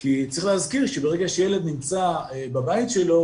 כי צריך להזכיר שברגע שילד נמצא בבית שלו